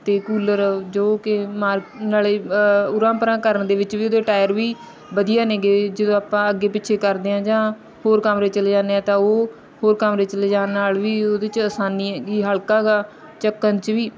ਅਤੇ ਕੂਲਰ ਜੋ ਕਿ ਮਾਰ ਨਾਲੇ ਉਰਾਂ ਪਰਾਂ ਕਰਨ ਦੇ ਵਿੱਚ ਵੀ ਉਹਦੇ ਟਾਇਰ ਵੀ ਵਧੀਆ ਨੇਗੇ ਜਦੋਂ ਆਪਾਂ ਅੱਗੇ ਪਿੱਛੇ ਕਰਦੇ ਹਾਂ ਜਾਂ ਹੋਰ ਕਮਰੇ ਚੱਲੇ ਜਾਂਦੇ ਆ ਤਾਂ ਉਹ ਹੋਰ ਕਮਰੇ ਚੱਲੇ ਜਾਣ ਨਾਲ ਵੀ ਉਹਦੇ 'ਚ ਆਸਾਨੀ ਹੈਗੀ ਹਲਕਾ ਗਾ ਚੁੱਕਣ 'ਚ ਵੀ